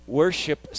worship